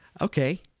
Okay